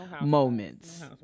moments